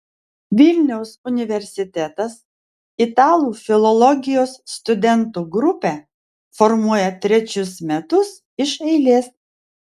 vilniaus universitetas italų filologijos studentų grupę formuoja trečius metus iš eilės